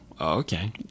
okay